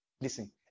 Listen